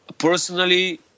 Personally